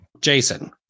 Jason